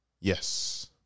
Yes